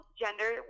gender